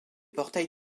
portails